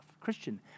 Christian